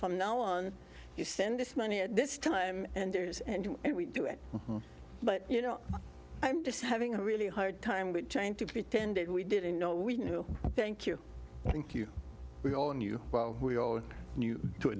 from now on you send this money at this time and there's and we do it but you know i'm just having a really hard time with trying to pretend that we didn't know we knew thank you thank you we all knew well we all knew to a